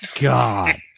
God